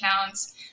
accounts